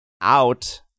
out